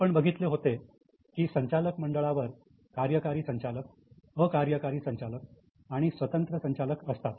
आपण बघितले होते की संचालक मंडळावर कार्यकारी संचालक अकार्यकारी संचालक आणि स्वतंत्र संचालक असतात